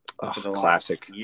Classic